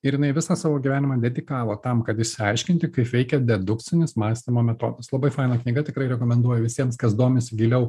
ir jinai visą savo gyvenimą dedikavo tam kad išsiaiškinti kaip veikia dedukcinis mąstymo metodas labai faina knyga tikrai rekomenduoju visiems kas domisi giliau